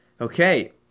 Okay